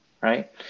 right